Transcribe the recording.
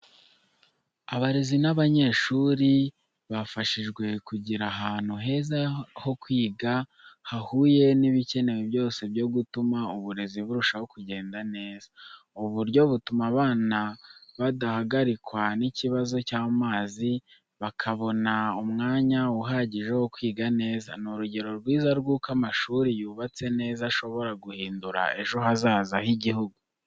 Abarezi n’abanyeshuri bafashijwe kugira ahantu heza ho kwiga, hahuye n’ibikenewe byose byo gutuma uburezi burushaho kugenda neza. Ubu buryo butuma abana badahagarikwa n’ikibazo cy’amazi, bakabona umwanya uhagije wo kwiga neza. Ni urugero rwiza rw’uko amashuri yubatse neza ashobora guhindura ejo hazaza h’igihugu.